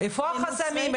איפה החסמים?